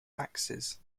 axes